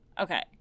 Okay